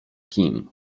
kim